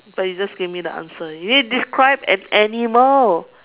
but you just gave me the answer you need to describe an animal